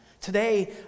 Today